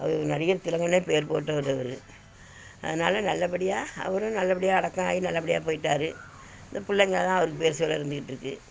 அவர் நடிகர் திலகம்னே பேர் போன்றவரு அவர் அதனால நல்லபடியாக அவரும் நல்லபடியாக அடக்கம் ஆகி நல்லபடியாக போய்ட்டாரு இந்த பிள்ளைங்க தான் அவர் பேர் சொல்ல இருந்து கிட்டு இருக்குது